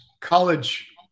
college